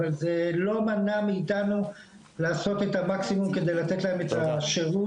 אבל זה לא מנע מאיתנו לעשות את המקסימום כדי לתת להם את השירות.